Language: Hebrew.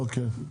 אוקיי.